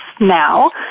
now